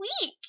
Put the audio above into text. week